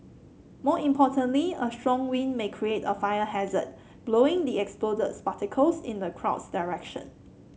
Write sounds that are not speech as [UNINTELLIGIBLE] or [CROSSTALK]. more importantly a strong wind may create a fire hazard blowing the exploded [UNINTELLIGIBLE] in the crowd's direction